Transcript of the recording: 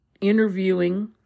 interviewing